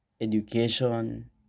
education